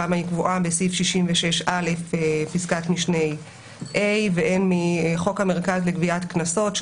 שם היא קבועה בסעיף 66א פסקת משנה ה' והן מחוק המרכז לגביית קנסות,